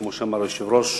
כמו שאמר היושב-ראש,